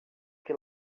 que